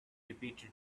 repeated